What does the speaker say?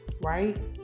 right